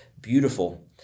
beautiful